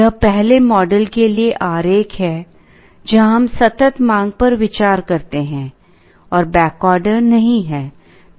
यह पहले मॉडल के लिए आरेख है जहां हम सतत मांग पर विचार करते हैं और बैकऑर्डर नहीं है